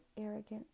arrogant